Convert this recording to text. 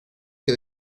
que